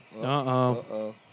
Uh-oh